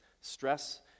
stress